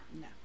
No